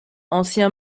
ancien